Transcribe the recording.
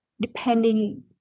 depending